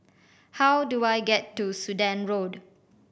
how do I get to Sudan Road